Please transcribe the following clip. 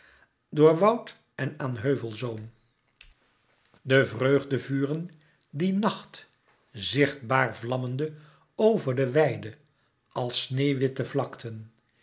door woud en aan heuvelzoom de vreugdevuren die nacht zichtbaar vlammende over de wijde al sneeuwwitte vlakten